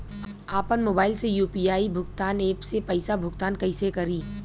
आपन मोबाइल से यू.पी.आई भुगतान ऐपसे पईसा भुगतान कइसे करि?